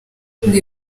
ibi